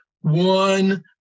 one